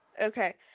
okay